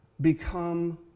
become